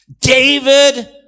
David